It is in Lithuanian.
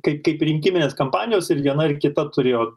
kaip kaip rinkiminės kampanijos ir viena ir kita turėjo